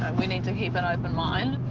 we need to keep an open mind.